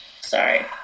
Sorry